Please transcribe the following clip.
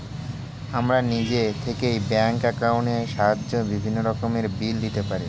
আমরা নিজে থেকেই ব্যাঙ্ক অ্যাকাউন্টের সাহায্যে বিভিন্ন রকমের বিল দিতে পারি